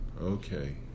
okay